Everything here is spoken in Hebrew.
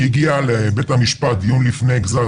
היא הגיעה לבית המשפט דיון לפני גזר